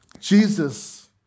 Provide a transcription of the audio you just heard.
Jesus